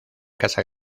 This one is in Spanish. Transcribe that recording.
casa